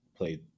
Played